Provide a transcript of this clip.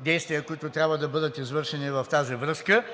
действия, които трябва да бъдат извършени в тази връзка,